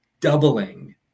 doubling